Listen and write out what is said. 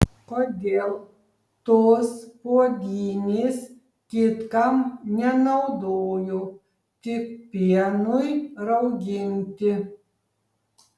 kodėl tos puodynės kitkam nenaudojo tik pienui rauginti